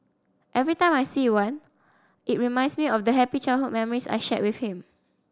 every time I see one it reminds me of the happy childhood memories I shared with him